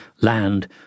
land